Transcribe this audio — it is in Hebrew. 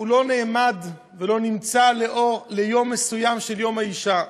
לא נאמד ולא נמצא לאור יום מסוים של יום האישה.